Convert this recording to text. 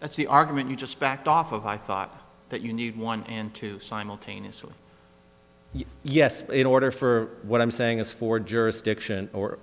that's the argument you just backed off of i thought that you need one and two simultaneously yes in order for what i'm saying is for jurisdiction or